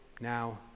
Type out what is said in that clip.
now